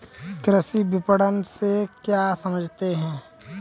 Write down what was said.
कृषि विपणन से क्या समझते हैं?